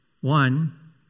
One